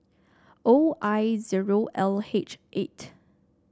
O I zero L H eight